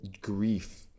grief